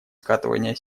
скатывания